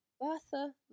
Bertha